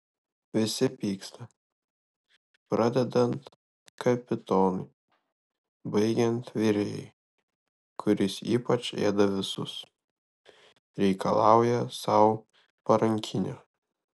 visi pyksta pradedant kapitonu baigiant virėju kuris ypač ėda visus reikalauja sau parankinio